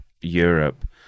Europe